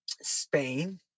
Spain